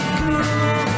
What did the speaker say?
cool